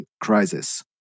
crisis